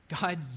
God